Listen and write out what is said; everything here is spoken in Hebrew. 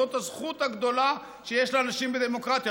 זאת הזכות הגדולה שיש לאנשים בדמוקרטיה,